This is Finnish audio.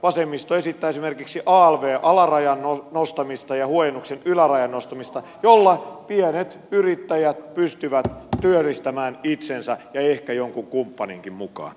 vasemmisto esittää esimerkiksi alvn alarajan nostamista ja huojennuksen ylärajan nostamista jolla pienet yrittäjät pystyvät työllistämään itsensä ja ehkä kumppaninkin mukaan